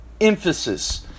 emphasis